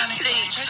please